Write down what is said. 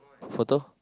photo